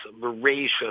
voracious